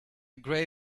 gray